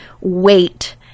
wait